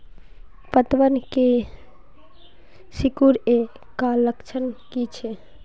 पतबन के सिकुड़ ऐ का लक्षण कीछै?